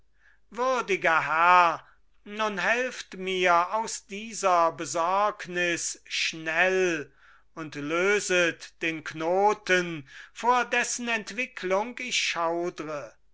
würdiger herr nun helft mir aus dieser besorgnis schnell und löset den knoten vor dessen entwicklung ich schaudre